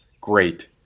Great